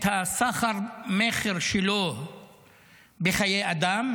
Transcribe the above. את הסחר-מכר שלו בחיי אדם,